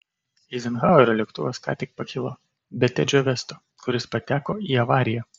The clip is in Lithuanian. eizenhauerio lėktuvas ką tik pakilo be tedžio vesto kuris pateko į avariją